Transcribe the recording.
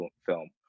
film